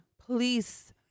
please